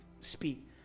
speak